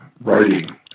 writing